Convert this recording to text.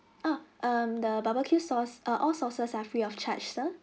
uh um the barbecue sauce err all sauces are free of charge though